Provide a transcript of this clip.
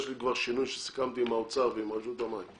יש לי כבר שינוי שסיכמתי עם האוצר ועם רשות המים.